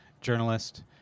journalist